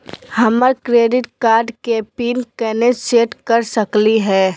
हमर credit card के PIN केना सेट कर सकली हे?